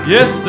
Yes